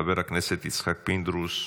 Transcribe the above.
חבר הכנסת יצחק פינדרוס,